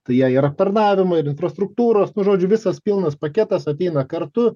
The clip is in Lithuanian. tai ją ir aptarnavimą ir infrastruktūros nu žodžiu visas pilnas paketas ateina kartu